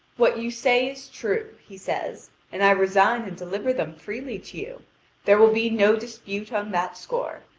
what you say is true, he says and i resign and deliver them freely to you there will be no dispute on that score.